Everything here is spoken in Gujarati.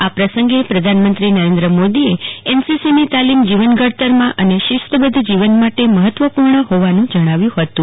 આ પસંગે પ્રધાનમંત્રી નરેન્દ્ર મોદીએ અનસીસીની તાલીમ જોવન ઘડતરમાં અને શિસ્તબધ્ધ જીવન માટે મહત્વપૂર્ણ હોવાનુ જણાવ્યું હતું